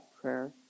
prayer